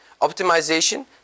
optimization